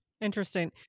Interesting